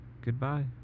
goodbye